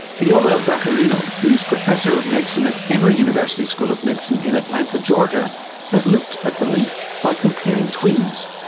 viola vaccarino, who's professor of medicine at emory university school of medicine in atlanta, georgia has looked at the link by comparing twins,